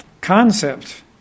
concept